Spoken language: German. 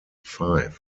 five